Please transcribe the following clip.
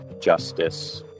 justice